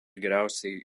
geriausiai